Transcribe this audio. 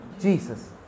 Jesus